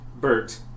Bert